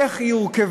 איך היא הורכבה,